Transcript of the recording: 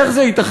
איך זה ייתכן?